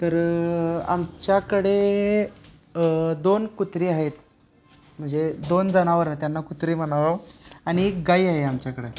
तर आमच्याकडे दोन कुत्रे आहेत म्हणजे दोन जनावरं त्यांना कुत्रे म्हणावं आणि एक गाई आहे आमच्याकडे